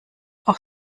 auch